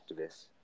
activists